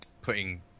putting